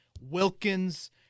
Wilkins